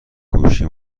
گوشی